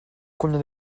combien